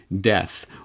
death